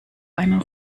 einen